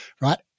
right